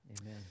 Amen